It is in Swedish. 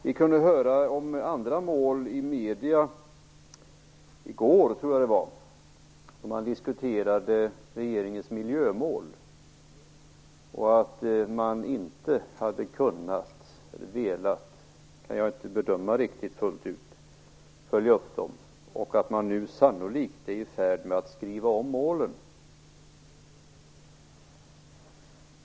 Vi kunde höra om andra mål i medier i går. Där diskuterades regeringens miljömål, att man inte hade kunnat eller velat - vilket kan jag inte bedöma fullt ut - följa upp dem och att man nu sannolikt är i färd med att skriva om målen.